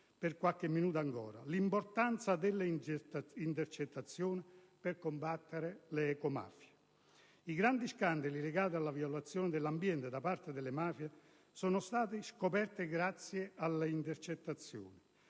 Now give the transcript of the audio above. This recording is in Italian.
per qualche minuto ancora: l'importanza delle intercettazioni per combattere le ecomafie. I grandi scandali legati alla violazione dell'ambiente da parte delle mafie sono stati scoperti grazie alle intercettazioni,